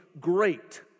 great